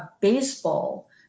baseball